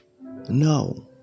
No